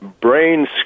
brain